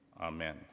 amen